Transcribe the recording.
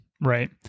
Right